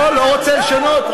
לא, לא רוצה לשנות.